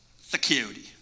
security